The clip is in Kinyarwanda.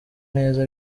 neza